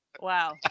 Wow